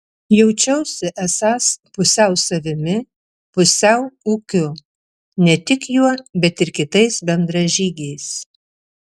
jaučiausi esąs pusiau savimi pusiau ūkiu ne tik juo bet ir kitais bendražygiais